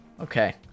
Okay